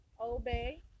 obey